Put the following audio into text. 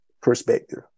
perspective